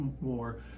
more